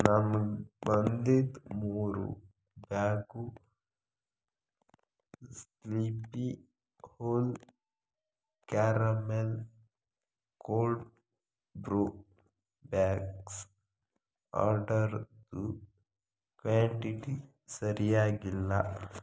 ನಮಗೆ ಬಂದಿದ್ದ ಮೂರು bag Sleepy Owl caramel cold brew bags ಆರ್ಡರ್ದು ಕ್ವಾಂಟಿಟಿ ಸರಿಯಾಗಿಲ್ಲ